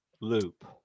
loop